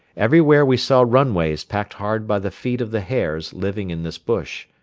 everywhere we saw runways packed hard by the feet of the hares living in this bush.